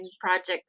projects